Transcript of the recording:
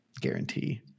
guarantee